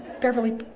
Beverly